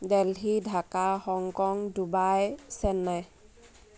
Delhi Dhaka Hong Kong Dubai Chennai